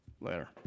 Later